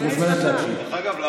את מוזמנת להקשיב.